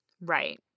Right